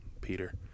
Peter